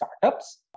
startups